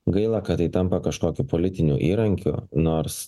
gaila kad tai tampa kažkokiu politiniu įrankiu nors